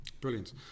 Brilliant